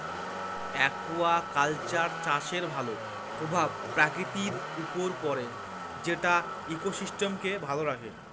aquaculture চাষের ভালো প্রভাব প্রকৃতির উপর পড়ে যেটা ইকোসিস্টেমকে ভালো রাখে